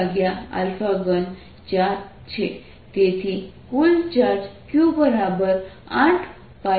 તેથી કુલ charge Q8π03 છે